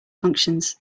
functions